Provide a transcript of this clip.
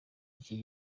iki